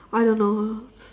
I don't know